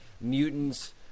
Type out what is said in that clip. mutants